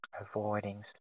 avoiding